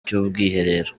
cy’ubwiherero